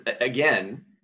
again